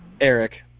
Eric